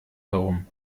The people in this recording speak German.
herum